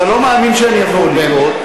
אתה לא מאמין שאני יכול לראות.